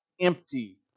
empty